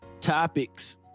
Topics